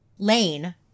Lane